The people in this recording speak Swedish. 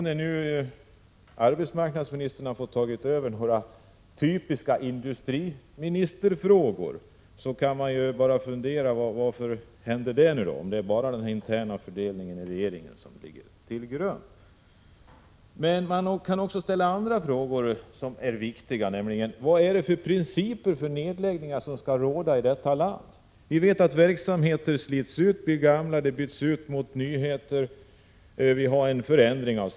När arbetsmarknadsministern har fått ta över några typiska industriministerfrågor, kan man undra om det bara är den interna fördelningen inom regeringen som är orsaken. Man kan också fråga sig annat som är viktigt. Vilka principer för nedläggning av företag skall råda i det här landet? Vi vet att somt slits ut och blir för gammalt. Nya saker tillkommer. Samhället förändras.